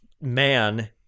Man